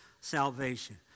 salvation